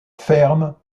ferme